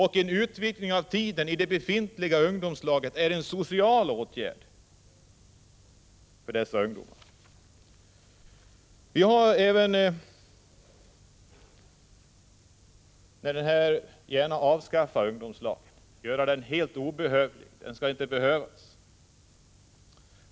En förlängning av tiden i det befintliga ungdomslaget är en social åtgärd för dessa ungdomar. Vi vill gärna avskaffa ungdomslagen, göra den helt obehövlig.